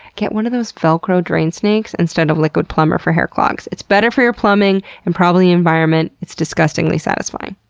get one of those velcro drain snakes instead of liquid plumber for hair clogs. it's better for your plumbing and probably the environment. it's disgustingly satisfying.